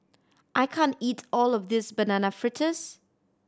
I can't eat all of this Banana Fritters